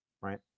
right